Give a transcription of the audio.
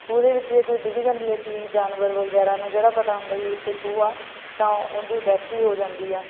ਖੂਹ ਦੇ ਵਿੱਚ ਜੇ ਕੋਈ ਡਿਗ ਜਾਂਦੀ ਹੈ ਚੀਜ਼ ਜਾਨਵਰ ਵਗੈਰਾ ਨੂੰ ਕਿਹੜਾ ਪਤਾ ਹੁੰਦਾ ਵੀ ਇੱਥੇ ਖੂਹ ਆ ਤਾਂ ਉਹ ਨ ਦੀ ਡੈਥ ਵੀ ਹੋ ਜਾਂਦੀ ਆ